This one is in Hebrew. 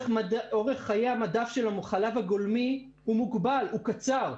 אורך חיי המדף של החלב הגולמי מוגבל וקצר.